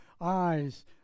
eyes